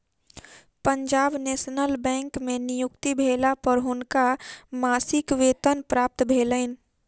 Punjab national bank में नियुक्ति भेला पर हुनका मासिक वेतन प्राप्त भेलैन